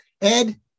Ed